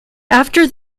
after